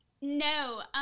No